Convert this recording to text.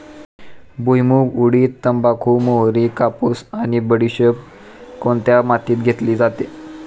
भुईमूग, उडीद, तंबाखू, मोहरी, कापूस आणि बडीशेप कोणत्या मातीत घेतली जाते?